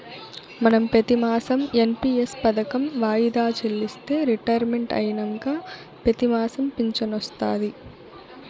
మనం పెతిమాసం ఎన్.పి.ఎస్ పదకం వాయిదా చెల్లిస్తే రిటైర్మెంట్ అయినంక పెతిమాసం ఫించనొస్తాది